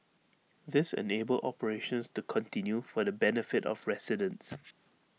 this enabled operations to continue for the benefit of residents